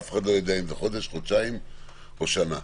אף אחד לא יודע אם זה חודש, חודשיים או שנה.